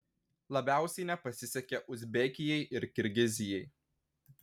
labiausiai nepasisekė uzbekijai ir kirgizijai